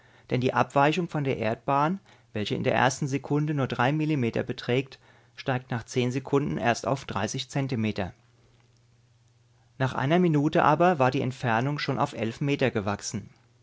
denn die abweichung von der erdbahn welche in der ersten sekunde nur drei millimeter beträgt steigt nach zehn sekunden erst auf zentimeter nach einer minute aber war die entfernung schon auf elf meter gewachsen